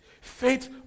faith